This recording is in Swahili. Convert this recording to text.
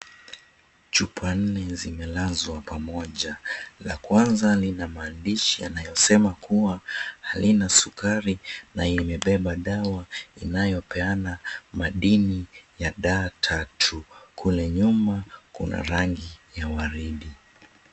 Chupa nne zimelazwa pamoja. La kwanza lina maandishi yanayosema kuwa,"Halina sukari na imebeba dawa inayopeana madini ya D3". Kule nyuma, kuna rangi ya waridi.